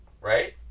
Right